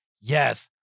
yes